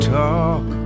talk